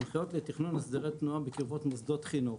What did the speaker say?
הנחיות לתכנון הסדרי תנועה בקרבת מוסדות חינוך,